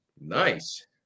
Nice